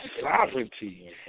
sovereignty